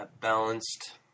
balanced